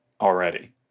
already